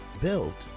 built